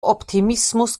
optimismus